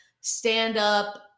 stand-up